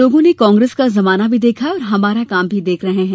लोगों ने कांग्रेस का जमाना भी देखा है और हमारा काम भी देख रहे हैं